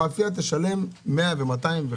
המאפייה תשלם 100 ו-200,